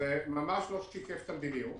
זה ממש לא שיקף את המדיניות.